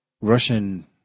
Russian